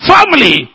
Family